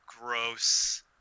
gross